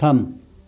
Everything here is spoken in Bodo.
थाम